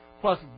plus